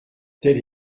tel